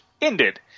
ended